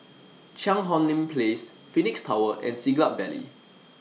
Cheang Hong Lim Place Phoenix Tower and Siglap Valley